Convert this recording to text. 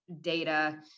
data